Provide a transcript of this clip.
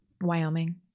Wyoming